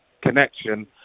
connection